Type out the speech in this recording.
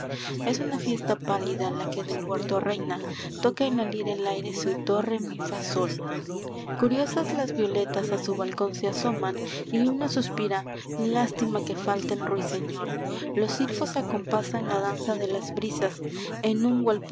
es una fiesta pálida la que en el huerto reina toca en la lira el aire su do re mi fa sol curiosas las violetas a su balcón se asoman y una suspira lástima que falte el ruiseñor los silfos acompasan la danza de las brisas en un